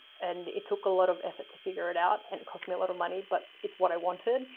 and it took a lot of effort to figure it out and it cost me a lot of money, but it's what i wanted.